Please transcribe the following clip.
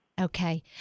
Okay